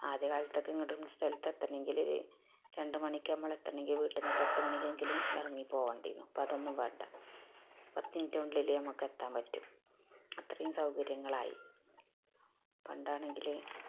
ആദ്യ കാലത്തൊക്കെ എങ്ങോട്ടെങ്കിലും ഒര് സ്ഥലത്ത് എത്തണമെങ്കില് രണ്ട് മണിക്കോ നമ്മള് എത്തണെങ്കില് വീട്ടിൽ നിന്ന് നമ്മള് ഒരു പത്തു മണിക്കെങ്കിലും ഇറങ്ങി പോകേണ്ടി ഇരുന്നു ഇപ്പോൾ അതൊന്നും വേണ്ട പത്തുമിനിറ്റിനുള്ളില് നമുക്കെത്താൻ പറ്റും അത്രയും സൗകര്യങ്ങളായി പണ്ടാണെങ്കിൽ